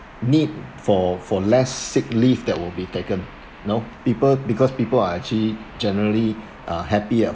need for for less sick leave that will be taken you know people because people are actually generally uh happy at